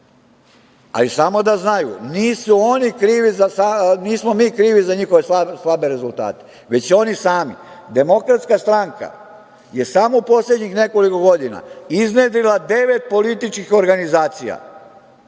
a i samo da znaju, nismo mi krivi za njihove slabe rezultate, već oni sami. Demokratska stranka je samo u poslednjih nekoliko godina iznedrila devet političkih organizacija.